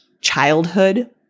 childhood